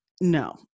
No